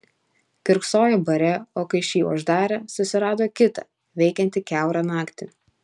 kiurksojo bare o kai šį uždarė susirado kitą veikiantį kiaurą naktį